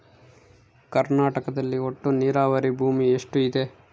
ಕರ್ನಾಟಕದಲ್ಲಿ ಒಟ್ಟು ನೇರಾವರಿ ಭೂಮಿ ಎಷ್ಟು ಇದೆ?